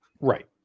Right